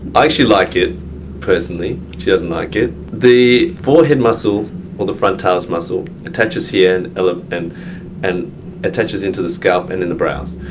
i actually like it personally, she doesn't like it. the forehead muscle or the frontalis muscle attaches here and ah and and attaches into the scalp and in the brows.